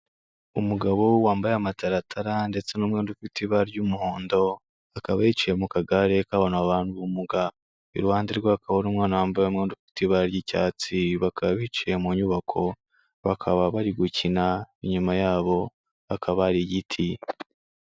Umugabo wambaye amataratara ndetse n'umwenda ufite ibara ry'umuhondo, akaba yicaye mu kagare k'abantu babana n'ubumuga. Iruhande rwe hakaba hari umwana wambaye umwenda ufite ibara ry'icyatsi, bakaba bicaye mu nyubako, bakaba bari gukina, inyuma yabo hakaba hari igiti.